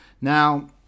now